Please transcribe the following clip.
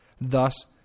Thus